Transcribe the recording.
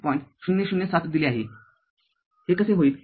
००७ दिले आहे हे कसे येईल